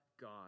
God